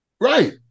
Right